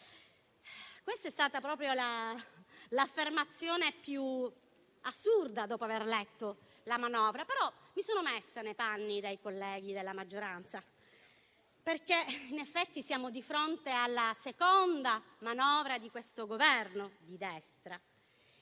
Questa è stata proprio l'affermazione più assurda, dopo aver letto la manovra. Però mi sono messa nei panni dei colleghi della maggioranza, perché in effetti siamo di fronte alla seconda manovra di questo Governo di destra,